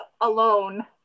alone